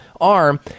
arm